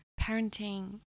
Parenting